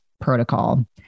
Protocol